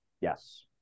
Yes